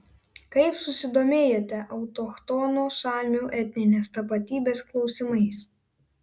kaip susidomėjote autochtonų samių etninės tapatybės klausimais